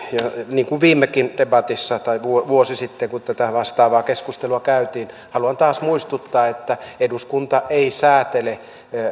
niin kuin viimekin debatissa tai vuosi sitten kun tätä vastaavaa keskustelua käytiin haluan taas muistuttaa että eduskunta ei säätele